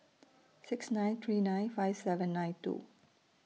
six nine three nine five seven nine two